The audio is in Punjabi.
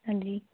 ਹਾਂਜੀ